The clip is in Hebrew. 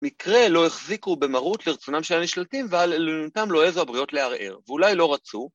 מקרה לא החזיקו במרות לרצונם שהם נשלטים ולנתם לא עזו הבריאות לערער, ואולי לא רצו.